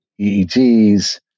EEGs